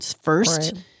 first